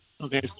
Okay